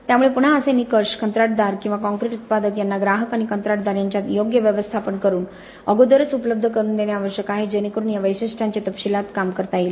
त्यामुळे पुन्हा असे निकष कंत्राटदार किंवा काँक्रीट उत्पादक यांना ग्राहक आणि कंत्राटदार यांच्यात योग्य व्यवस्था करून अगोदरच उपलब्ध करून देणे आवश्यक आहे जेणेकरुन या वैशिष्ट्यांचे तपशीलात काम करता येईल